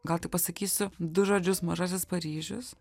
gal tik pasakysiu du žodžius mažasis paryžius